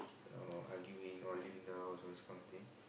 or arguing or leaving the house all this kind of thing